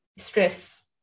Stress